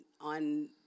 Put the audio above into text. on